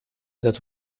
этот